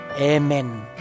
Amen